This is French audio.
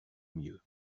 mieux